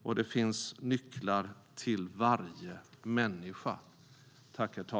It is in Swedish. Och det finns nycklar till varje människa.